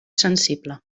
sensible